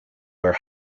wear